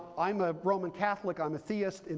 i'm a roman catholic. i'm a theist. and